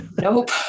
Nope